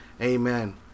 Amen